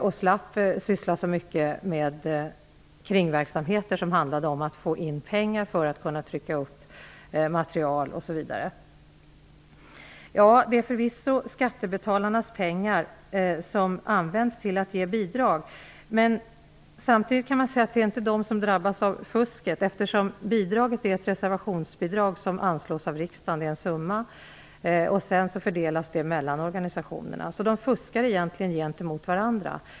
Vi slapp syssla så mycket med kringverksamheter som handlade om att få in pengar för att trycka material osv. Det är förvisso skattebetalarnas pengar som används till bidragen. Men det är inte skattebetalarna som drabbas av fusket. Bidraget är ett reservationsbidrag som anslås av riksdagen. En summa pengar fördelas mellan organisationerna, så egentligen fuskar organisationerna gentemot varandra.